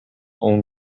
own